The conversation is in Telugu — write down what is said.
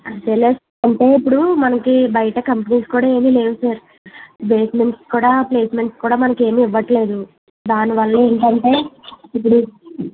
అంతేలే అంటే ఇప్పుడు మనకి బయట కంపెనీస్ కూడా ఏమి లేవు సార్ బేస్మెంట్స్ కూడా ప్లేసెమెంట్స్ కూడా మనకి ఏమి ఇవ్వటం లేదు దానివల్ల ఏంటంటే ఇప్పుడు